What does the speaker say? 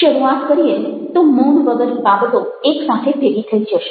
શરૂઆત કરીએ તો મૌન વગર બાબતો એક સાથે ભેગી થઈ જશે